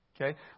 Okay